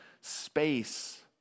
space